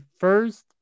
first